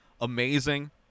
amazing